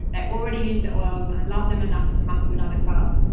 they already use the oils and love them enough to come to another class.